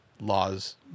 laws